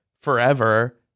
forever